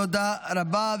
תודה רבה.